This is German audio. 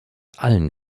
allen